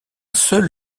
seul